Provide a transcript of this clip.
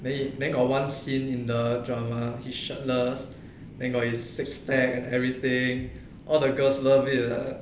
then it then got one scene in the drama he shirtless and got his six pack and everything all the girls love it lah